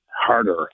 harder